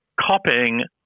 copying